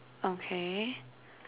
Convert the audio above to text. okay